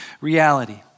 reality